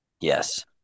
Yes